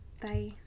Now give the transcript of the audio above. Bye